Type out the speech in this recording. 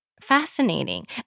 fascinating